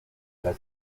las